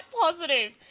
positive